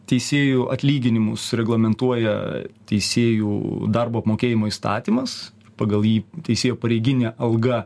teisėjų atlyginimus reglamentuoja teisėjų darbo apmokėjimo įstatymas pagal jį teisėjo pareiginė alga